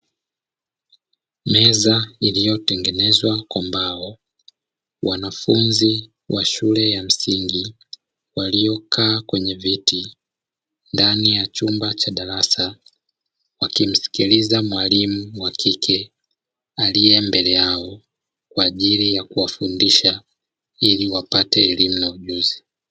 Meza iliyotengenezwa kwa mbao, wanafunzi wa shule ya msingi waliokaa kwenye viti ndani ya chumba cha darasa, wakimsikiliza mwalimu wa kike aliye mbele yao kwa ajili ya kuwafundisha ili wapate elimu na ujuzi.